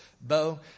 Bo